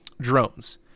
drones